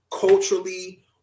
culturally